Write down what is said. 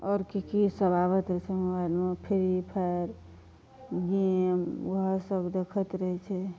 आओर की की सब आबैत रहै छै मोबाइलमे फ्री फायर गेम ओहए सब देखैत रहैत छै